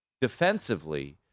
defensively